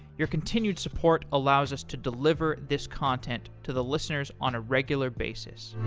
your continued support allows us to deliver this content to the listeners on a regular basis